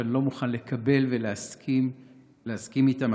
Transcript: שאני לא מוכן לקבל ולהסכים איתן,